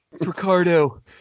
Ricardo